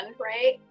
Right